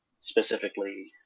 specifically